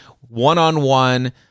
one-on-one